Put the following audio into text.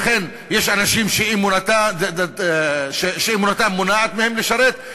יש אנשים שאמונתם מונעת מהם לשרת,